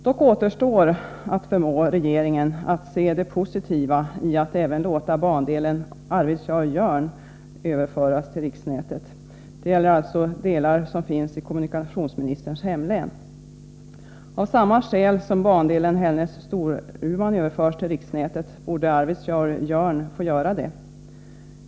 Dock återstår att förmå regeringen att se det positiva i att även låta bandelen Arvidsjaur-Jörn överföras till riksnätet. Det gäller alltså en bandel som finns i kommunikationsministerns hemlän. Av samma skäl som bandelen Hällnäs-Storuman överförs till riksnätet borde Arvidsjaur-Jörn få göra det.